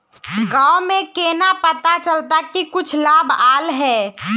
गाँव में केना पता चलता की कुछ लाभ आल है?